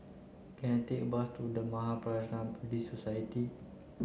can I take a bus to The Mahaprajna Buddhist Society